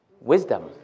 wisdom